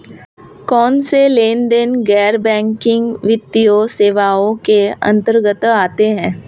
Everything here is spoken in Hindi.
कौनसे लेनदेन गैर बैंकिंग वित्तीय सेवाओं के अंतर्गत आते हैं?